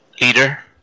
Leader